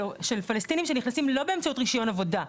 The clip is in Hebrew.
של פלסטינים שנכנסים לא באמצעות רישיון עבודה,